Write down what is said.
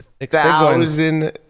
thousand